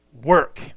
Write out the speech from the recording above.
Work